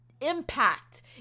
impact